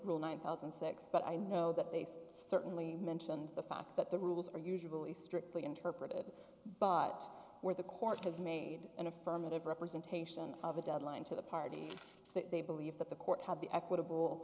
rule one thousand and six but i know that they certainly mentioned the fact that the rules are usually strictly interpreted but where the court has made an affirmative representation of a deadline to the party that they believe that the court had the equitable